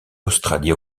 australie